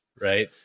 right